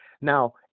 Now